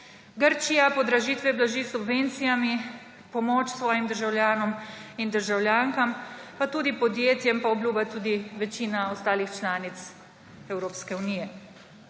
Grčija podražitve blaži s subvencijami, pomoč svojim državljanom in državljankam pa tudi podjetjem pa obljublja tudi večina ostalih članic Evropske unije.